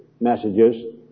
messages